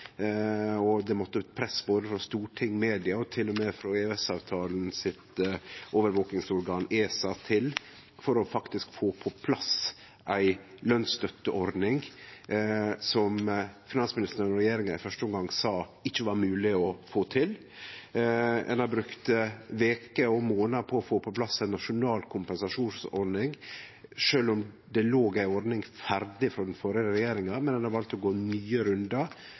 press både frå storting, media og til og med frå EØS-avtalen sitt overvakingsorgan ESA for faktisk å få på plass ei lønsstøtteordning, som finansministeren og regjeringa i første omgang sa at ikkje var mogleg å få til. Ein har brukt veker og månader på å få på plass ei nasjonal kompensasjonsordning, sjølv om det låg ei ordning ferdig frå den førre regjeringa. Ein har valt å gå nye rundar,